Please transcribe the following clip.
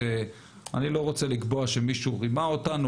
אני לא רוצה לקבוע שמישהו רימה אותנו